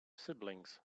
siblings